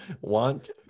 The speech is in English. want